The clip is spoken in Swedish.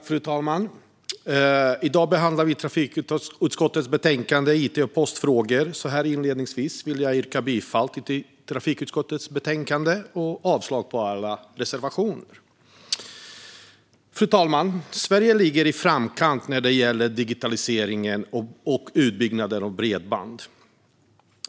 Fru talman! I dag behandlar vi trafikutskottets betänkande It och postfrågor . Inledningsvis vill jag yrka bifall till trafikutskottets förslag och avslag på alla reservationer. Fru talman! Sverige ligger i framkant när det gäller digitaliseringen och utbyggnaden av bredband.